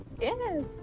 Yes